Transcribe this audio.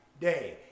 day